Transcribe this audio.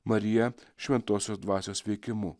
marija šventosios dvasios veikimu